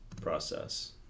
process